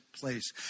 place